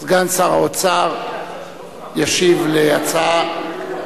סגן שר האוצר ישיב על ההצעה.